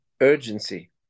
urgency